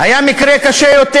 היה מקרה קשה יותר,